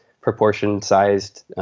proportion-sized